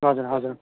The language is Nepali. हजुर हजुर